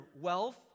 wealth